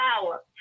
power